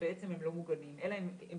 שבעצם הם לא מגונים אלא אם הם